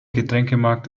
getränkemarkt